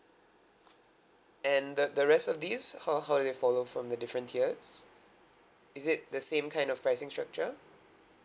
and the the rest of these how how do you follow from the different tiers is it the same kind of pricing structure